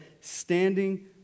standing